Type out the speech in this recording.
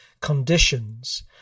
conditions